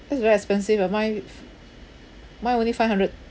that's very expensive ah mine mine only five hundred